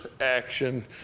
action